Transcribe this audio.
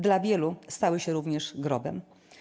Dla wielu stały się również grobem.